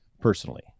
personally